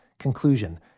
Conclusion